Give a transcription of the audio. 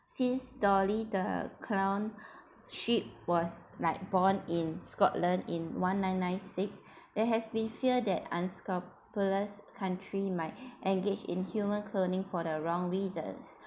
since dolly the cloned sheep was like born in scotland in one nine nine six there has been feared that unscrupulous country might engage in human cloning for the wrong reason